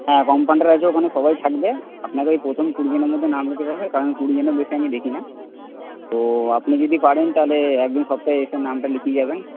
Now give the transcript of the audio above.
হ্যাঁ কম্পাউন্ডার আছে ওখানে সবাই থাকবে আপনাকে ওই প্রথম কুড়িজনের মধ্যে নাম লেখাতে হবে কারণ কুড়িজনের বেশি আমি দেখিনা তো আপনি যদি পারেন তাহলে একদিন সপ্তাহে এসে নামটা লিখিয়ে যাবেন